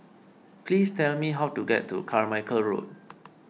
please tell me how to get to Carmichael Road